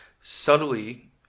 Subtly